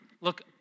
Look